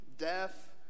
Death